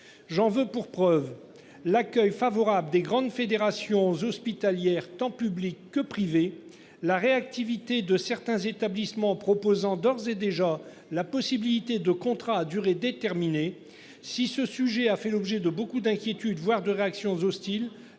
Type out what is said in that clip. J'en veux pour preuve l'accueil favorable des grandes fédérations hospitalières tant publics que privés, la réactivité de certains établissements proposant d'ores et déjà la possibilité de contrat à durée déterminée. Si ce sujet a fait l'objet de beaucoup d'inquiétude voire de réactions hostiles.